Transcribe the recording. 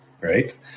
right